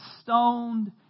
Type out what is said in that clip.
stoned